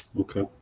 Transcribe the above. Okay